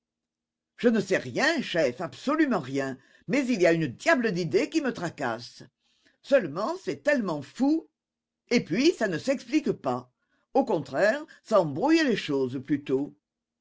je ne sais rien chef absolument rien mais il y a une diable d'idée qui me tracasse seulement c'est tellement fou et puis ça n'explique pas au contraire ça embrouille les choses plutôt